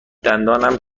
دندانم